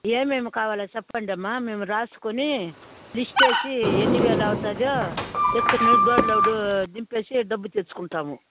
ఏమేమి కావాలో చెప్పండి అమ్మ మేము రాసుకొని లిస్ట్ వేసి ఎన్ని వేలు అవుతుందో ఎత్తుకొని డోర్లో దింపి డబ్బు తెచ్చుకుంటాం